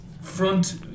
front